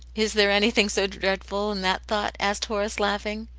is there anything so dreadful in that thought? asked horace, laughing.